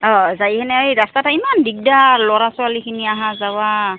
অঁ যায় সেনে এই ৰাস্তাতা ইমান দিগদাৰ ল'ৰা ছোৱালীখিনি আহা যাৱা